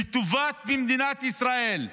לטובת מדינת ישראל,